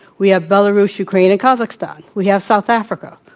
we have belarus, ukraine, and kazakhstan. we have south africa.